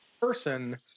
person